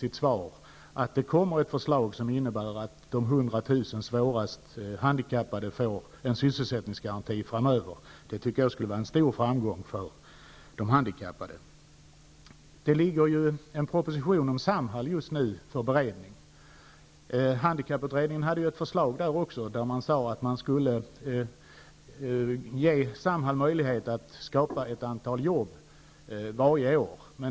Jag hoppas att det kommer ett förslag som innebär att de 100 000 svårast handikappade får en sysselsättningsgaranti framöver. Det skulle vara en stor framgång för de handikappade. Just nu bereds en proposition om Samhall. Handikapputredningen hade ett förslag, där det sades att man skulle ge Samhall möjlighet att skapa ett antal jobb varje år.